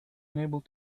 unable